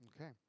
Okay